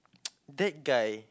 that guy